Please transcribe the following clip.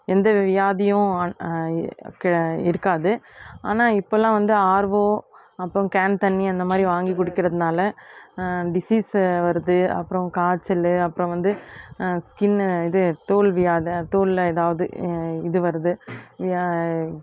எந்த வியாதியும் கெ இருக்காது ஆனால் இப்போலாம் வந்து ஆர்வோ அப்புறம் கேன் தண்ணி அந்தமாதிரி வாங்கிக் குடிக்கிறதனால டிசீஸ்ஸு வருது அப்புறம் காய்ச்சல் அப்புறம் வந்து ஸ்கின்னு இது தோல் வியாதி தோல்ல ஏதாவது இது வருது